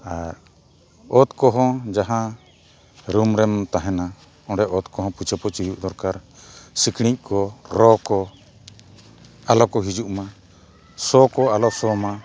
ᱟᱨ ᱚᱛ ᱠᱚᱦᱚᱸ ᱡᱟᱦᱟᱸ ᱨᱩᱢ ᱨᱮᱢ ᱛᱟᱦᱮᱱᱟ ᱚᱸᱰᱮ ᱚᱛ ᱠᱚᱦᱚᱸ ᱯᱩᱪᱷᱟᱹ ᱯᱩᱪᱷᱤ ᱦᱩᱭᱩᱜ ᱫᱚᱨᱠᱟᱨ ᱥᱤᱠᱲᱤᱡ ᱠᱚ ᱨᱚ ᱠᱚ ᱟᱞᱚ ᱠᱚ ᱦᱤᱡᱩᱜ ᱢᱟ ᱥᱚ ᱠᱚ ᱟᱞᱚ ᱥᱚ ᱢᱟ